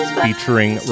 featuring